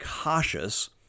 cautious